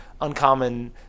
uncommon